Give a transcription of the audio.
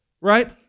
right